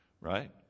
right